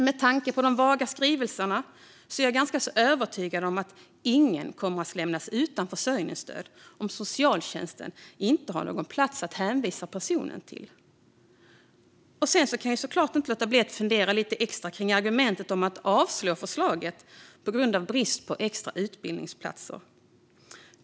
Med tanke på de vaga skrivningarna är jag ganska övertygad om att ingen kommer att lämnas utan försörjningsstöd om socialtjänsten inte har någon plats att hänvisa till. Sedan kan jag såklart inte låta bli att fundera lite extra kring argumentet att avslå förslaget på grund av brist på extra utbildningsplatser.